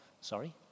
Sorry